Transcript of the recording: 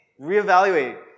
Reevaluate